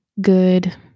good